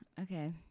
okay